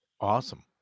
awesome